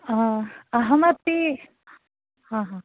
अहमपि हा हा